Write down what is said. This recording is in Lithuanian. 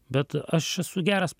bet aš esu geras